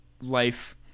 life